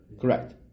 Correct